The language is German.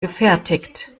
gefertigt